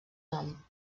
nom